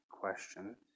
questions